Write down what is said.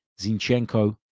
Zinchenko